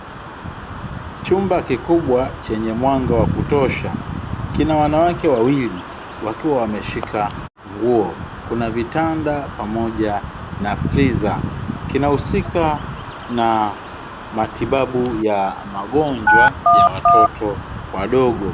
Chumba kikubwa chenye mwanga wa kutosha, kina wanawake wawili wakiwa wameshika nguo. Kuna vitanda pamoja na friza. Kinahusika na matibabu ya magonjwa ya watoto wadogo.